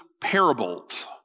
parables